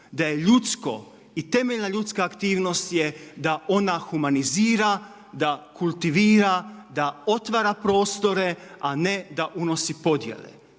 da je ljudsko i temeljna ljudska aktivnost je da ona humanizira, da kultivira, da otvara prostore a ne da unosi podjele.